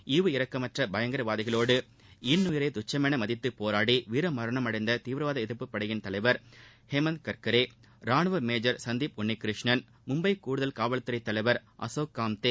ஈவு இரக்கமற்ற பயங்கரவாதிகளோடு இன்னுயிரைதுச்சமென மதித்து போராடி வீரமரணம் அடைந்த தீவிரவாத எதிர்ப்புப் படையின் தலைவர் ஹேமந்த் கர்க்கரே ராணுவ மேஜர் சந்தீப் உன்னிகிருஷ்ணன் மும்பப கூடுதல் காவல்துறை தலைவர் அசோக் காம்தே